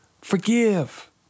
Forgive